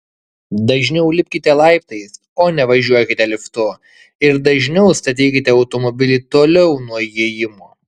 dažniau lipkite laiptais o ne važiuokite liftu ir dažniau statykite automobilį toliau nuo įėjimo